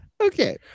Okay